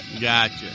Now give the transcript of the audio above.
Gotcha